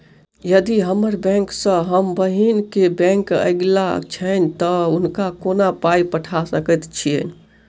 यदि हम्मर बैंक सँ हम बहिन केँ बैंक अगिला छैन तऽ हुनका कोना पाई पठा सकैत छीयैन?